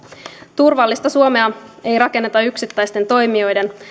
turvallista suomea ei rakenneta yksittäisten toimijoiden